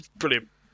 brilliant